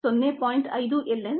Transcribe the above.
5 ln 20